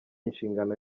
inshingano